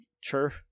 Sure